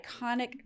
iconic